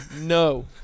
No